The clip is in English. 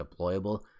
deployable